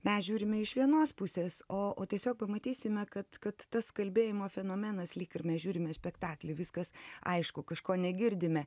mes žiūrime iš vienos pusės o o tiesiog pamatysime kad kad tas kalbėjimo fenomenas lyg ir mes žiūrime spektaklį viskas aišku kažko negirdime